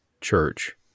Church